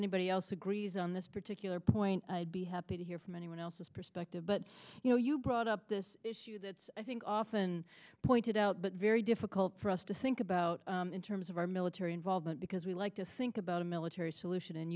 anybody else agrees on this particular point i'd be happy to hear from anyone else's perspective but you know you brought up this issue that i think often pointed out but very difficult for us to think about in terms of our military involvement because we like to think about a military